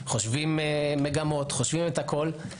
חושבים על מגמות ועל הכול.